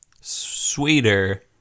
sweeter